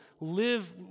live